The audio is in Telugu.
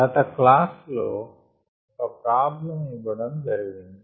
గత క్లాస్ లో ఓక ప్రాబ్లమ్ ఇవ్వడం జరిగింది